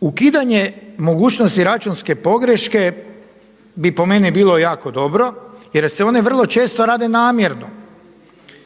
Ukidanje mogućnosti računske pogreške bi po meni bilo jako dobro, jer se one vrlo često rade namjerno.